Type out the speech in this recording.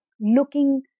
looking